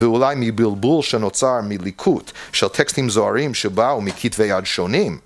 ואולי מבלבול שנוצר מליקוט של טקסטים זוהרים שבאו מכתבי יד שונים.